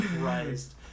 Christ